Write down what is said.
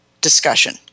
discussion